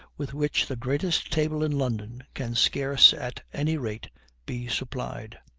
with which the greatest table in london can scarce at any rate be supplied.